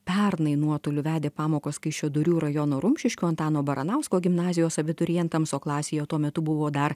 pernai nuotoliu vedė pamokos kaišiadorių rajono rumšiškių antano baranausko gimnazijos abiturientams o klasėje tuo metu buvo dar